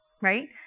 right